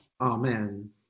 amen